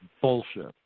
bullshit